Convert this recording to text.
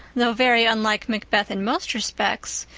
though very unlike macbeth in most respects,